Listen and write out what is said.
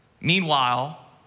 Meanwhile